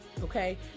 okay